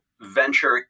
venture